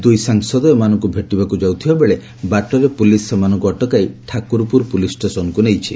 ଦୁଇ ସାଂସଦ ଏମାନଙ୍କୁ ଭେଟିବାକୁ ଯାଉଥିବା ବେଳେ ବାଟରେ ପୁଲିସ୍ ସେମାନଙ୍କୁ ଅଟକାଇ ଠାକୁରପୁର ପୁଲିସ୍ ଷ୍ଟେସନକୁ ନେଇଯାଇଛି